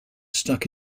stuck